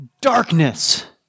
Darkness